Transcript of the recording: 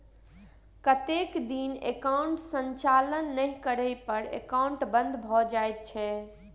कतेक दिन एकाउंटक संचालन नहि करै पर एकाउन्ट बन्द भऽ जाइत छैक?